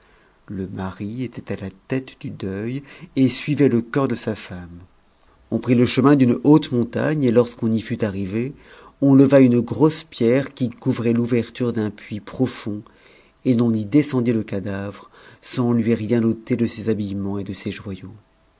le mari était à la tête du deuil et suivait le corps de sa femme on prit le chemin d'une haute montagne et lorsqu'on y fut arrivé on leva une grosse pierre qui couvrait l'ouverture d'un puits profond et l'on y descendit le cadavre sans lui rien ôter de ses habillements et de ses joyaux